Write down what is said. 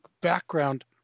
background